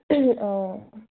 অঁ